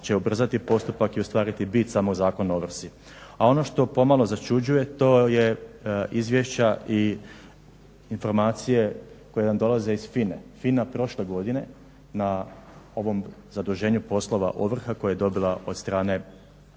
će ubrzati postupak i ostvariti bit samog Zakona o ovrsi. A ono što pomalo začuđuje to je izvješća i informacije koje nam dolaze iz FINA-e. FINA prošle godine na ovom zaduženju poslova ovrha koje je dobila od strane